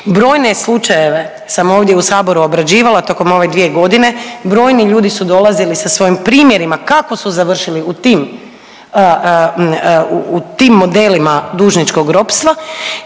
Brojne slučajeve sam ovdje u saboru obrađivala tokom ove 2 godine, brojni ljudi su dolazili sa svojim primjerima kako su završili u tim, u tim modelima dužničkog ropstva